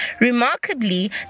Remarkably